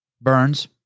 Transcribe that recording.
Burns